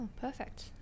perfect